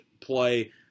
play